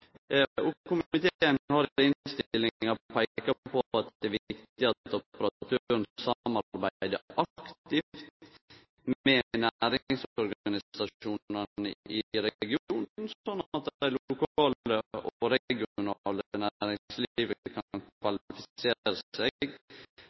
og komiteen har i innstillinga peika på at det er viktig at operatøren samarbeider aktivt med næringsorganisasjonane i regionen, slik at det lokale og regionale næringslivet